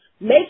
Make